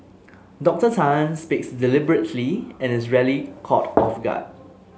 Dorcor Tan speaks deliberately and is rarely caught off guard